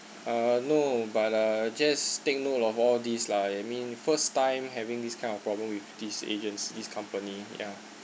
uh no but uh just take note of all these lah I mean first time having this kind of problem with these agents this company ya